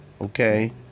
Okay